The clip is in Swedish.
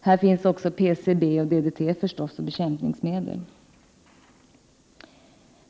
och här finns också förstås PCB, DDT och rester från bekämpningsmedel.